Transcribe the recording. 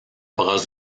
bras